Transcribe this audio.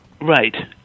Right